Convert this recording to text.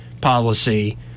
policy